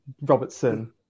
Robertson